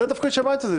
זה התפקיד של הבית הזה,